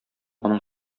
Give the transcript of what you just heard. аның